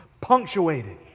punctuated